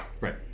right